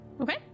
Okay